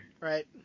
Right